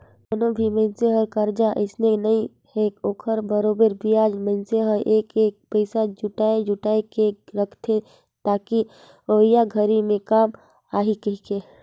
कोनो भी मइनसे हर करजा अइसने नइ हे ओखर बरोबर बियाज मइनसे हर एक एक पइसा जोयड़ जोयड़ के रखथे ताकि अवइया घरी मे काम आही कहीके